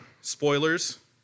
Spoilers